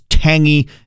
tangy